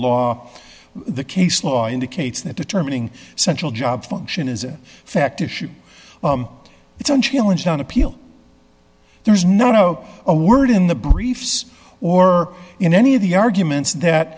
law the case law indicates that determining central job function is a fact issue its own challenge on appeal there's no a word in the briefs or in any of the arguments that